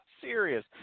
serious